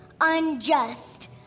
unjust